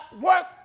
work